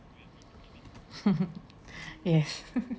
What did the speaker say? yes